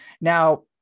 Now